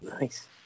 Nice